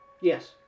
Yes